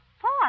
four